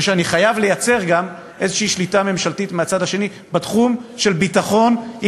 ושאני חייב לייצר איזושהי שליטה ממשלתית בתחום של ביטחון מצד שני,